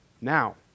Now